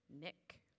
Nick